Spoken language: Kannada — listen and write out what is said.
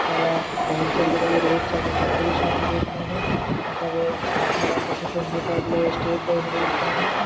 ಅಥವಾ ಬೌನ್ಸರ್ಗಳಿಗೆ Rohit Sharma full pull shot ಹೊಡೆಯುತ್ತಾನೋ ಅಥವ ಅಥವಾ Sachin Tendulkar play straight drive ಹೊಡೆಯುತ್ತಾನೋ